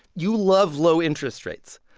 you love low interest rates.